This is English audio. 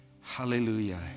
Hallelujah